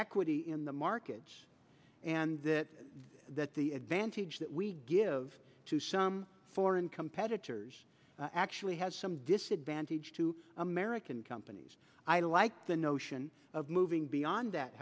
equity in the markets and that that the advantage that we give to some foreign competitors actually has some disadvantage to american companies i like the notion of moving beyond that